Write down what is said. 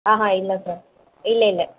ஆஹா இல்லை சார் இல்லை இல்லை